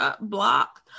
block